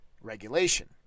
regulation